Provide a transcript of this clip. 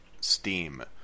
Steam